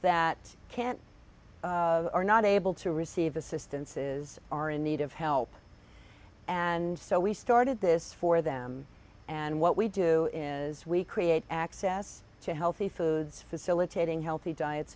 that can't are not able to receive assistance is our in need of help and so we started this for them and what we do is we create access to healthy foods facilitating healthy